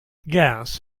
gas